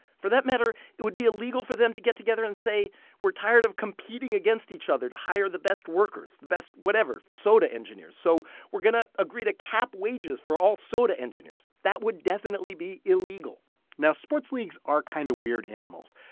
for that matter, it would be illegal for them to get together and say we're tired of competing against each other to hire the best workers, the best whatever, soda engineers, so we're going to agree to cap wages for all soda engineers. that would definitely be illegal now, sports leagues are kind of weird animals.